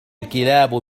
الكلاب